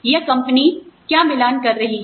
या कंपनी क्या मिलान कर रही है